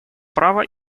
права